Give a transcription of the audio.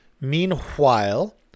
Meanwhile